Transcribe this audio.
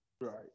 Right